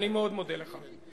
אני מאוד מודה לך.